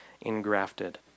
engrafted